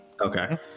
Okay